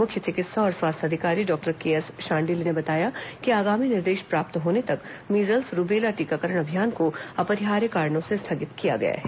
मुख्य चिकित्सा और स्वास्थ्य अधिकारी डॉक्टर केएस शांडिल्य ने बताया कि आगामी निर्देश प्राप्त होने तक मीजल्स रूबेला टीकाकरण अभियान को अपरिहार्य कारणों से स्थगित किया गया है